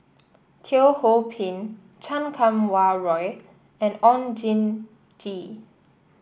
Teo Ho Pin Chan Kum Wah Roy and Oon Jin Gee